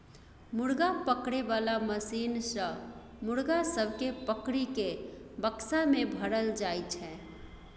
मुर्गा पकड़े बाला मशीन सँ मुर्गा सब केँ पकड़ि केँ बक्सा मे भरल जाई छै